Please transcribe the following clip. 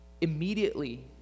Immediately